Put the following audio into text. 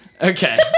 Okay